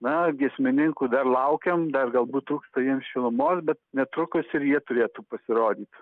na giesmininkų dar laukiam dar galbūt trūksta jiem šilumos bet netrukus ir jie turėtų pasirodyt